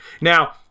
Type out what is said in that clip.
Now